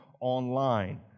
online